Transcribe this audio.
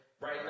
Right